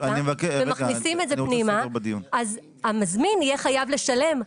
השעה, המזמין יהיה חייב לשלם.